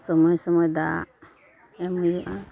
ᱥᱚᱢᱚᱭ ᱥᱚᱢᱚᱭ ᱫᱟᱜ ᱮᱢ ᱦᱩᱭᱩᱜᱼᱟ